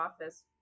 office